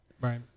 Right